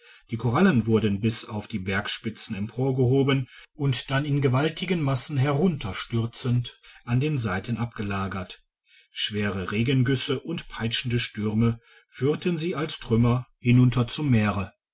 die korallen wurden bis auf die bergspitzen emporgehoben und dann in gewaltigen massen herunterstürzend an den seiten abgelagert schwere regengüsse und peitschende stürme führten sie als trümmer hinunter zum meere